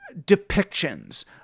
depictions